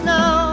now